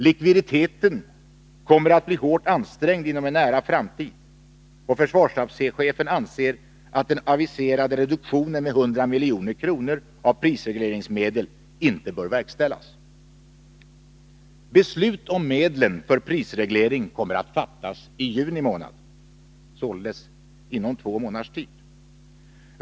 Likviditeten kommer inom en nära framtid att bli hårt ansträngd. Försvarsstabschefen anser att den aviserade reduktionen med 100 milj.kr. av prisregleringsmedel inte bör verkställas. Beslut om medlen för prisreglering kommer att fattas i juni månad, således inom två månaders tid.